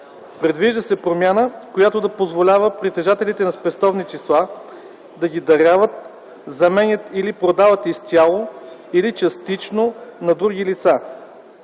Предвижда се промяна, която да позволява притежателите на спестовни числа да ги даряват, заменят или продават изцяло или частично на други лица.